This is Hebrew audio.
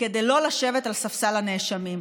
כדי לא לשבת על ספסל הנאשמים,